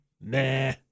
nah